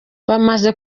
bamaze